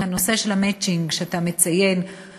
הנושא של המצ'ינג שאתה מציין,